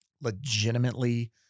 legitimately